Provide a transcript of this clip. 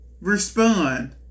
respond